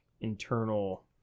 internal